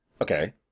Okay